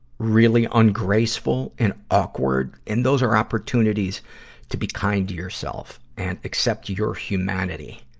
really ungraceful and awkward. and those are opportunities to be kind to yourself and accept your humanity.